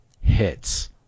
hits